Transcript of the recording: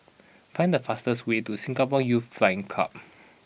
find the fastest way to Singapore Youth Flying Club